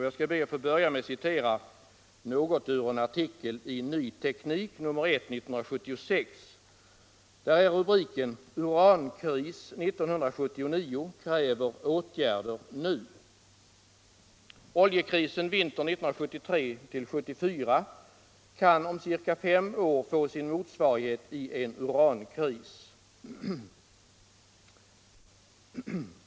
Jag skall be att få börja med att citera något ur en artikel i Ny Teknik, nr 1 1976. Under rubriken ”Urankris 1979 kräver åtgärder nu” står: ”Förra vinterns oljekris kan om ca fem år få sin motsvarighet i en urankris.